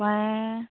कळ्ळें